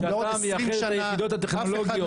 זה בעיקר מייחד את היחידות הטכנולוגיות.